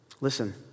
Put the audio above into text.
Listen